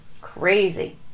crazy